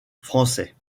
français